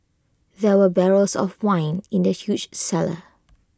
there were barrels of wine in the huge cellar